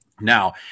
Now